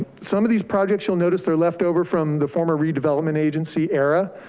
some of these projects, you'll notice they're leftover from the former redevelopment agency era,